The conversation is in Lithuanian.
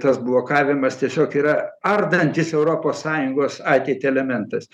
as blokavimas tiesiog yra ardantis europos sąjungos ateitį elementas